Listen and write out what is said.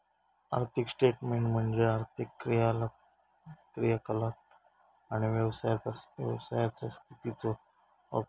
आर्थिक स्टेटमेन्ट म्हणजे आर्थिक क्रियाकलाप आणि व्यवसायाचा स्थितीचो औपचारिक रेकॉर्ड